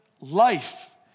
life